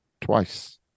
Twice